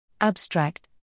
ABSTRACT